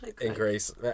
increase